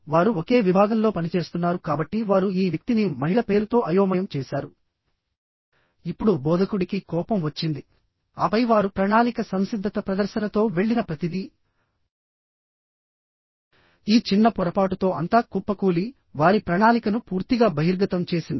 వారు ఒకే విభాగంలో పనిచేస్తున్నారు కాబట్టి వారు ఈ వ్యక్తిని మహిళ పేరుతో అయోమయం చేశారు ఇప్పుడు బోధకుడికి కోపం వచ్చింది ఆపై వారు ప్రణాళిక సంసిద్ధత ప్రదర్శనతో వెళ్ళిన ప్రతిదీ ఈ చిన్న పొరపాటుతో అంతా కుప్పకూలి వారి ప్రణాళికను పూర్తిగా బహిర్గతం చేసింది